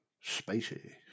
spicy